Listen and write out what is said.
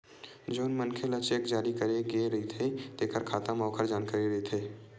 जउन मनखे ल चेक जारी करे गे रहिथे तेखर खाता म ओखर जानकारी रहिथे